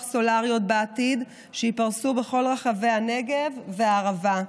סולריות בעתיד שייפרסו בכל רחבי הנגב והערבה.